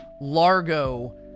Largo